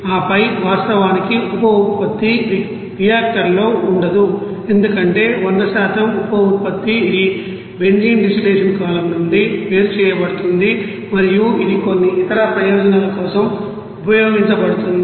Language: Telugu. ఆపై వాస్తవానికి ఉప ఉత్పత్తి రియాక్టర్ లో ఉండదు ఎందుకంటే 100 ఉప ఉత్పత్తి ఇది బెంజీన్ డిస్టిలేషన్ కాలమ్ నుండి వేరు చేయబడుతుంది మరియు ఇది కొన్ని ఇతర ప్రయోజనాల కోసం ఉపయోగించబడుతుంది